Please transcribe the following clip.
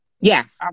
Yes